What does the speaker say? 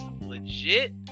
legit